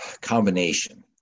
combination